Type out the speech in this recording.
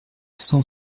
cent